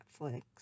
Netflix